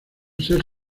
ser